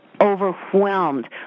overwhelmed